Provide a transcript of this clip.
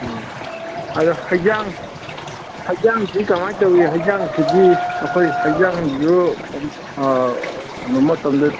ꯎꯝ ꯑꯗ ꯍꯩꯖꯥꯡ ꯍꯩꯖꯥꯡꯁꯤ ꯀꯃꯥꯏ ꯇꯧꯏ ꯍꯩꯖꯥꯡꯁꯤꯗꯤ ꯑꯩꯈꯣꯏ ꯍꯩꯖꯥꯡꯁꯨ ꯀꯩꯅꯣ ꯃꯇꯝꯗ